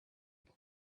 five